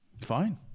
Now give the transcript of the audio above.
Fine